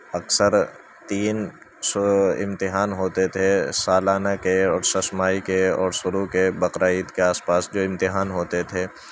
اکثر تین سو امتحان ہوتے تھے سالانہ کے اور ششماہی کے اور شروع کے بقر عید کے آس پاس جو امتحان ہوتے تھے